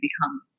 become